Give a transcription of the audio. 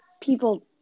people